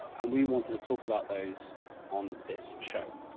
and we wanted to talk about those on this show.